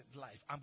life